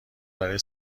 برای